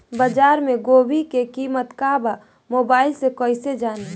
बाजार में गोभी के कीमत का बा मोबाइल से कइसे जानी?